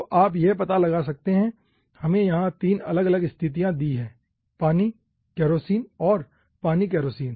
तो आप यह पता लगा सकते हैं हमें यहां 3 अलग अलग स्थितियां दी है पानी केरोसिन और पानी केरोसिन